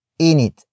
Init